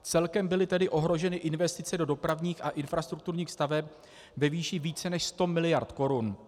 Celkem byly ohroženy investice do dopravních a infrastrukturních staveb ve výši více než 100 mld. korun.